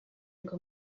ngo